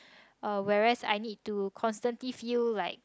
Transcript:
uh whereas I need to constantly feel like a